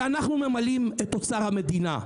שאנחנו ממלאים את אוצר המדינה.